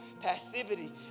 passivity